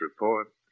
report